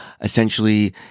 essentially